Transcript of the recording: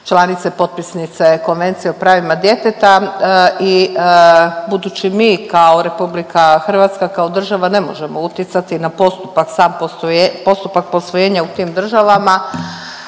članice potpisnice Konvencije o pravima djeteta i budući mi kao RH, kao država ne možemo utjecati na postupak sam posvoje…, postupak